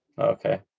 Okay